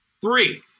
three